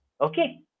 Okay